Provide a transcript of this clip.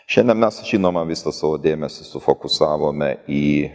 šiandien mes žinoma visą savo dėmesį sufokusavome į